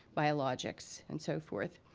biologics, and so forth.